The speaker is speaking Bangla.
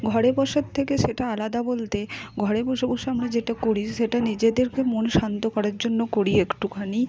ঘরে বসার থেকে সেটা আলাদা বলতে ঘরে বসে বসে আমরা যেটা করি সেটা নিজেদেরকে মন শান্ত করার জন্য করি একটুখানি